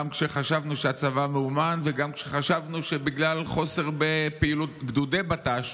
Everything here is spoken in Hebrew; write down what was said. גם כשחשבנו שהצבא מאומן וגם כשחשבנו שבגלל חוסר בפעילות גדודי בט"ש,